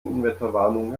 unwetterwarnung